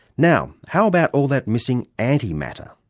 now, how about all that missing antimatter?